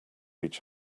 each